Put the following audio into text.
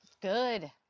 Good